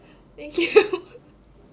thank you